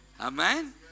Amen